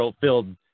filled